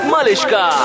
Malishka